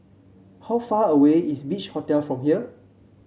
how far away is Beach Hotel from here